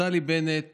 נפתלי בנט